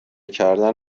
کردن